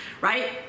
right